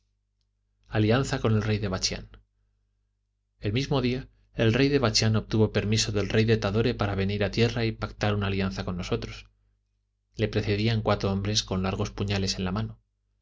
con el rey de bachián el mismo día el rey de bachián obtuvo permiso del rey de tadore para venir a tierra y pactar una alianza con nosotros le precedían cuatro hombres con largos puñales en la mano